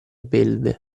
belve